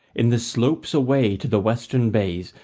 in the slopes away to the western bays,